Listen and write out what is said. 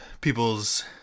people's